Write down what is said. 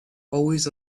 always